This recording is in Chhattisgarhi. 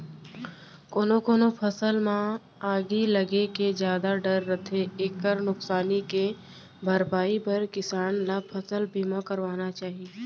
कोनो कोनो फसल म आगी लगे के जादा डर रथे एकर नुकसानी के भरपई बर किसान ल फसल बीमा करवाना चाही